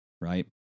right